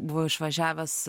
buvo išvažiavęs